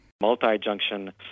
Multi-junction